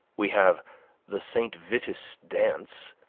we have the saint vitus' dance,